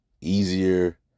easier